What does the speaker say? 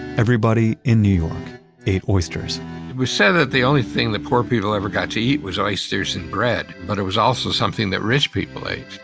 everybody in new york ate oysters we said that the only thing that poor people got to eat was oysters and bread. but it was also something that rich people ate.